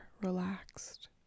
relaxed